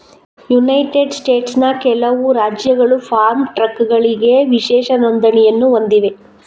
United ಸ್ಟೇಟ್ಸ್ನ ಕೆಲವು ರಾಜ್ಯಗಳು ಫಾರ್ಮ್ ಟ್ರಕ್ಗಳಿಗೆ ವಿಶೇಷ ನೋಂದಣಿಯನ್ನು ಹೊಂದಿವೆ